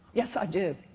yes, i do.